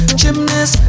gymnast